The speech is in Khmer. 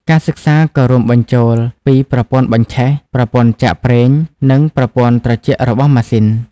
ការសិក្សាក៏រួមបញ្ចូលពីប្រព័ន្ធបញ្ឆេះ ប្រព័ន្ធចាក់ប្រេងនិងប្រព័ន្ធត្រជាក់របស់ម៉ាស៊ីន។